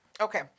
Okay